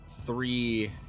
three